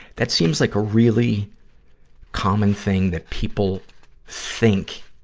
that seems like a really common thing that people think